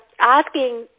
asking